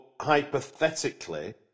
hypothetically